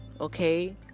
okay